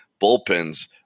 bullpens